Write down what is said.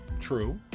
true